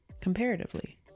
comparatively